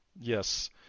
Yes